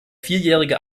vierjährige